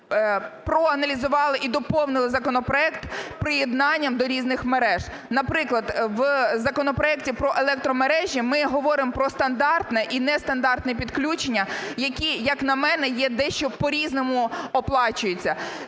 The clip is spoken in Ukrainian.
проаналізували і доповнили законопроект приєднанням до різних мереж. Наприклад, в законопроекті про електромережі ми говоримо про стандартне і нестандартне підключення, які, як на мене, є дещо по-різному оплачується.